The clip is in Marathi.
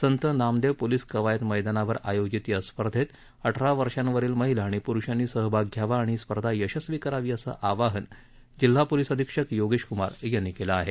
संत नामदेव पोलीस कवायत मैदानावर आयोजित या स्पर्धेत अठरा वर्षावरील महिला आणि प्रुषांनी सहभाग घ्यावा आणि ही स्पर्धा यशस्वी करावी असं आवाहन जिल्हा पोलीस अधिक्षक योगेशक्मार यांनी केलं आहे